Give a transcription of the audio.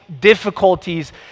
difficulties